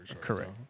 Correct